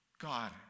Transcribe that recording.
God